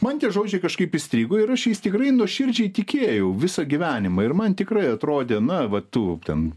man tie žodžiai kažkaip įstrigo ir aš jais tikrai nuoširdžiai tikėjau visą gyvenimą ir man tikrai atrodė na va tu ten